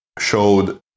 showed